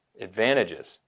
advantages